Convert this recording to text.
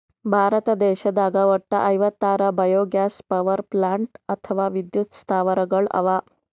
ಭಾರತ ದೇಶದಾಗ್ ವಟ್ಟ್ ಐವತ್ತಾರ್ ಬಯೊಗ್ಯಾಸ್ ಪವರ್ಪ್ಲಾಂಟ್ ಅಥವಾ ವಿದ್ಯುತ್ ಸ್ಥಾವರಗಳ್ ಅವಾ